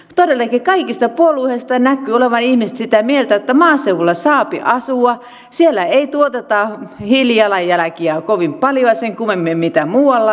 todellakin kaikista puolueista näkyvät olevan ihmiset sitä mieltä että maaseudulla saapi asua siellä ei tuoteta hiilijalanjälkiä kovin paljon sen kummemmin mitä muuallakaan